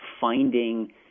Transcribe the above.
finding –